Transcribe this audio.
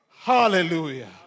Hallelujah